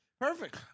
Perfect